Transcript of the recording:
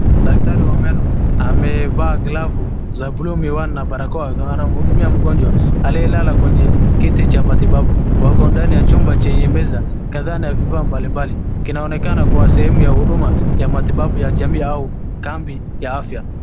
Daktari wa meno amevaa glavu za buluu, miwani na barakoa, anamhudumia mgonjwa aliyelala kwenye kiti cha matibabu. Wako ndani ya chumba chenye meza kadhaa na vifaa mbalimbali. Kinaonekana kuwa sehemu ya huduma ya matibabu ya jamii au kambi ya afya.